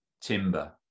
timber